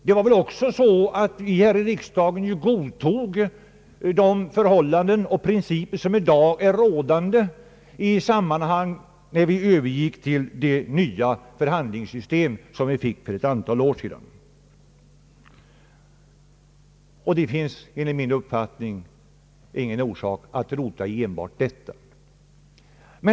Det var också så att vi här i riksdagen godtog de förhållanden och principer som i dag är rådande, när vi övergick till det nya förhandlingssystem som infördes för ett antal år sedan. Det finns enligt min uppfattning ingen orsak att rota i enbart detta.